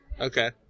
Okay